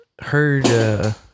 heard